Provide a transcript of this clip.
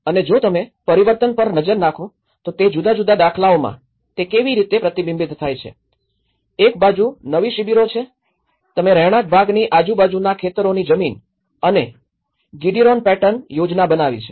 અને જો તમે પરિવર્તન પર નજર નાખો તો તે જુદા જુદા દાખલાઓમાં તે કેવી રીતે પ્રતિબિંબિત થાય છે એક બાજુ નવી શિબિરો છે તમે રહેણાંક ભાગની આજુબાજુના ખેતરોની જમીન સાથે ગ્રીડિરોન પેટર્નમાં યોજના બનાવી છે